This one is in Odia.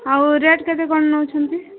ଆଉ ରେଟ୍ କେତେ କ'ଣ ନଉଛନ୍ତି